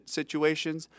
situations